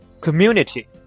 Community